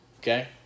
okay